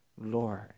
Lord